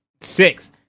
six